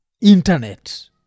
internet